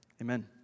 Amen